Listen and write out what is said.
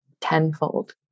tenfold